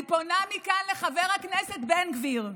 אני פונה מכאן לחבר הכנסת בן גביר: